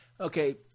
Okay